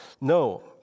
No